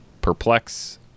perplex